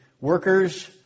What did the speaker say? workers